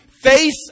face